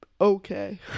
okay